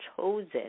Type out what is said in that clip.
chosen